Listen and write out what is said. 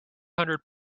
hundred